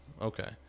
Okay